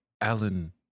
Alan